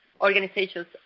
organizations